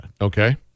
Okay